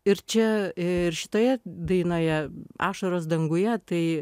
ir čia ir šitoje dainoje ašaros danguje tai